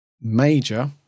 Major